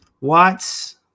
Watts